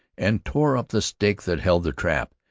and tore up the stake that held the trap.